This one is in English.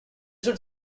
would